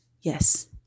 Yes